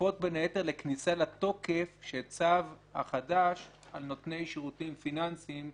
כפופים בין היתר לכניסה לתוקף של הצו החדש על נותני שירותים פיננסיים,